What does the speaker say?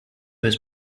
was